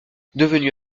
devenu